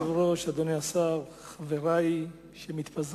אדוני היושב-ראש, אדוני השר, חברי שמתפזרים,